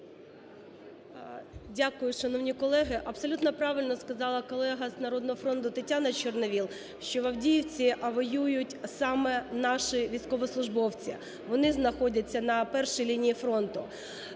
Дякую, шановні колеги. Абсолютно правильно сказала колега з "Народного фронту" Тетяна Чорновол, що в Авдіївці воюють саме наші військовослужбовці. Вони знаходяться на першій лінії фронту.